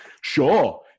Sure